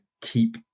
keep